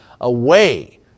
away